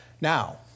Now